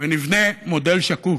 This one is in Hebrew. ונבנה מודל שקוף,